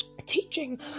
teaching